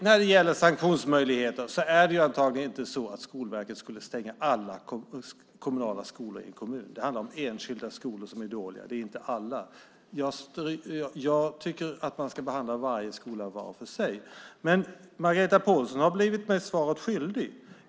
När det gäller sanktionsmöjligheter är det antagligen inte så att Skolverket skulle stänga alla kommunala skolor i en kommun. Det handlar om enskilda skolor som är dåliga. Det är inte alla. Jag tycker att man ska behandla varje skola för sig. Margareta Pålsson har blivit mig svaret skyldig.